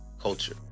culture